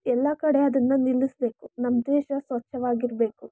ಎಲ್ಲ ಕಡೆ ಅದನ್ನು ನಿಲ್ಲಿಸಬೇಕು ನಮ್ಮ ದೇಶ ಸ್ವಚ್ಛವಾಗಿರಬೇಕು